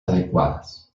adecuadas